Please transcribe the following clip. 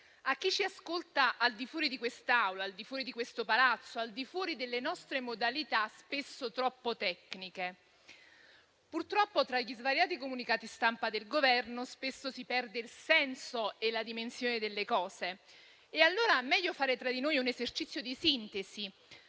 a chi ci ascolta al di fuori di quest'Aula, al di fuori di questo Palazzo, al di fuori delle nostre modalità, spesso troppo tecniche. Purtroppo, tra gli svariati comunicati stampa del Governo spesso si perde il senso e la dimensione delle cose. Allora, è meglio fare tra di noi un esercizio di sintesi,